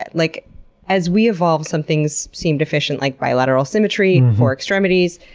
but like as we evolved, some things seemed efficient, like bilateral symmetry for extremities,